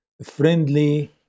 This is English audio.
Friendly